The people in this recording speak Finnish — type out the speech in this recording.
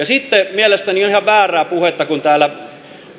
sitten mielestäni on ihan väärää puhetta kun täällä